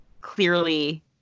clearly